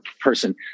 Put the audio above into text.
person